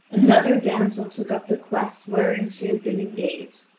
another damsel took up the quest wherein she had been engaged,